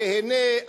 תיהנה,